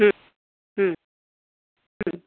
ಹ್ಞೂ ಹ್ಞೂ ಹ್ಞೂ